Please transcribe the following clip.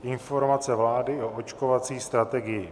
Informace vlády o očkovací strategii